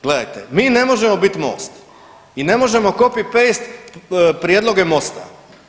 Gledajte, mi ne možemo biti MOST i ne možemo copy paste prijedloge MOST-a.